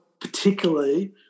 particularly